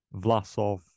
Vlasov